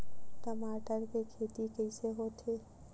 टमाटर के खेती कइसे होथे?